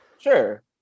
Sure